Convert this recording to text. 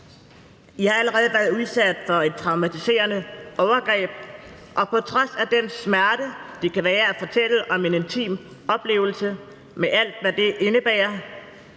I har allerede været udsat for et traumatiserende overgreb, og på trods af den smerte, det kan være at fortælle om en intim oplevelse med alt, hvad det indebærer